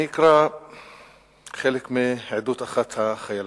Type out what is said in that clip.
אני אקרא חלק מעדות אחת החיילות: